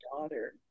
daughter